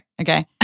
Okay